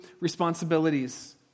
responsibilities